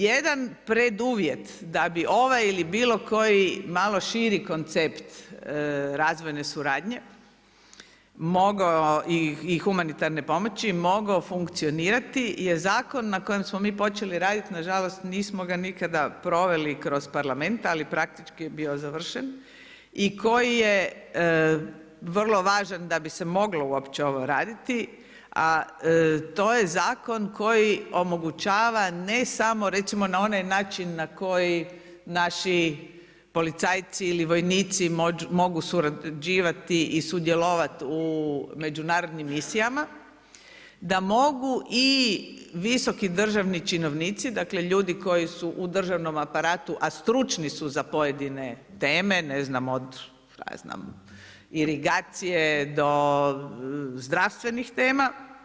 Jedan preduvjet da bi ovaj ili bilo koji malo širi koncept razvojne suradnje, mogao i humanitarne pomoći, mogao funkcionirati je zakon na kojem smo mi počeli raditi, nažalost nismo ga nikada proveli kroz Parlament, ali praktički je bio završen i koji je vrlo važan da bi se moglo uopće ovo raditi, a to je zakon koji omogućava, ne samo recimo na onaj način na koji naši policajci ili vojnici mogu surađivati i sudjelovati u međunarodnim misijama i da mogu i visoki državni činovnici, dakle, ljudi koji su u državnom aparatu, a stručni su za pojedine teme, ne znam, od, kaj ja znam, od irigacije, do zdravstvenih tema.